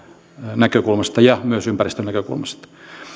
näkökulmasta ja myös ympäristönäkökulmasta